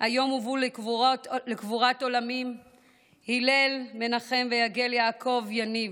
היום הובאו לקבורת עולמים הלל מנחם ויגל יעקב יניב,